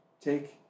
take